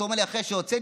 אחרי שהוצאתי,